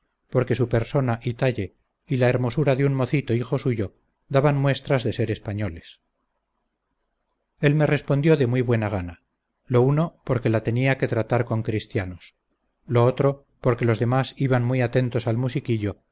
porque su persona y talle y la hermosura de un mocito hijo suyo daban muestras de ser españoles él me respondió de muy buena gana lo uno porque la tenía que tratar con cristianos lo otro porque los demás iban muy atentos al musiquillo